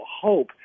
hope